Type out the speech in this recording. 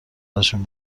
ازشون